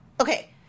okay